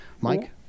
Mike